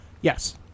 yes